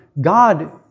God